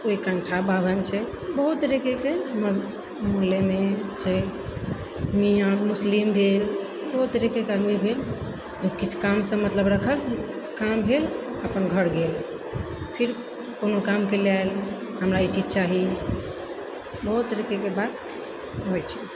कोइ कण्ठा बाभन छै बहुत तरहके हमर मोहल्लेमे छै मियाँ मुस्लिम भेल बहुत तरीकेके आदमी भेल किछु कामसँ मतलब रखल काम भेल अपन घर गेल फिर कोनो कामके लेल आयल हमरा ई चीज चाही बहुत तरीकेके बात होइ छै